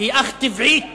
היא אך טבעית